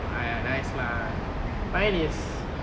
!aiya! nice lah mine is